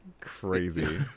Crazy